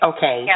Okay